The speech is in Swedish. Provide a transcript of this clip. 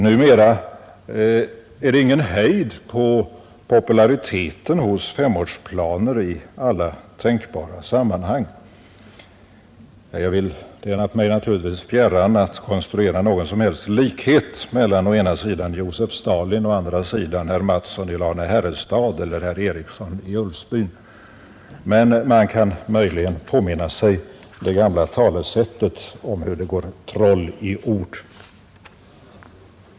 Numera är det ingen hejd på populariteten hos femårsplaner i alla möjliga sammanhang. Det är mig naturligtvis fjärran att konstruera någon som helst likhet mellan Josef Stalin å ena sidan och herrar Mattsson i Lane-Herrestad och Eriksson i Ulfsbyn å den andra. Men man kan bara påminna sig det gamla talesättet hur det går troll i ord.